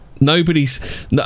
nobody's